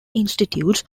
institutes